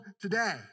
today